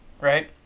right